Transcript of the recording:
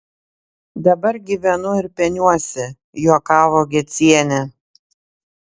dabar gyvenu ir peniuosi juokavo gecienė